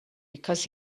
because